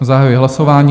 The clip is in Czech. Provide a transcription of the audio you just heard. Zahajuji hlasování.